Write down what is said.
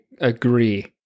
agree